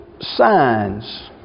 signs